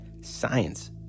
Science